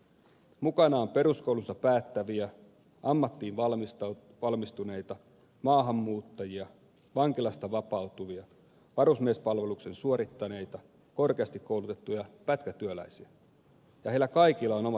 mukana on peruskoulunsa päättäviä ammattiin valmistuneita maahanmuuttajia vankilasta vapautuvia varusmiespalveluksen suorittaneita korkeasti koulutettuja pätkätyöläisiä ja heillä kaikilla on omat erityistarpeensa